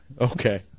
Okay